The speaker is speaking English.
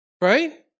Right